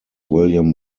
william